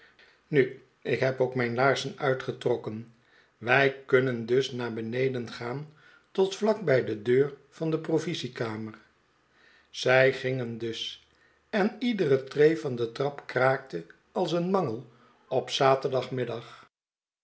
nu ik heb ook mijn laarzen uitgetrokken wij kunnen dus naar beneden gaan tot vlak bij de deur van de provisiekamer zij gingen dus en iedere tree van de trap kraakte als een mangel op zaterdagmiddag